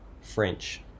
French